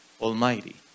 Almighty